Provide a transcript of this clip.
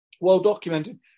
well-documented